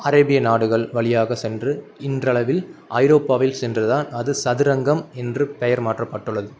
அரேபிய நாடுகள் வழியாகச் சென்று இன்றளவில் ஐரோப்பாவில் சென்றுதான் அது சதுரங்கம் என்று பெயர் மாற்றப்பட்டுள்ளது